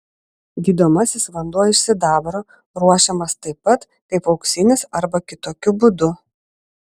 gydomasis vanduo iš sidabro ruošiamas taip pat kaip auksinis arba kitokiu būdu